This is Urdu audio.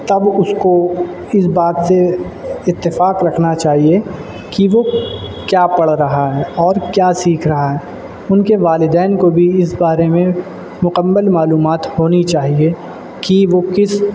تب اس کو اس بات سے اتفاق رکھنا چاہیے کہ وہ کیا پڑھ رہا ہے اور کیا سیکھ رہا ہے ان کے والدین کو بھی اس بارے میں مکمل معلومات ہونی چاہیے کہ وہ کس